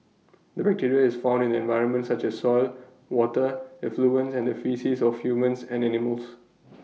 the bacteria is found in the environment such as soil water effluents and the faeces of humans and animals